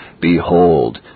Behold